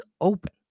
open